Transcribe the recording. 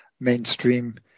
mainstream